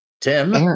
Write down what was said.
Tim